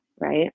right